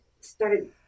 started